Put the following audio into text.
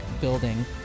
building